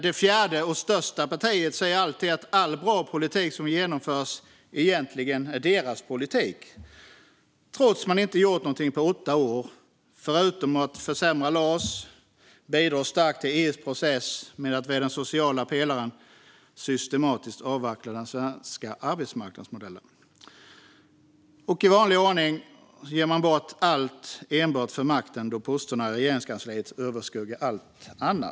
Det fjärde och största partiet säger alltid att all bra politik som genomförs egentligen är deras politik, trots att man inte gjorde någonting på åtta år förutom att försämra LAS och bidra starkt till EU:s process med att via den sociala pelaren systematiskt avveckla den svenska arbetsmarknadsmodellen. I vanlig ordning ger man bort allt enbart för makten, då posterna i Regeringskansliet överskuggar allt annat.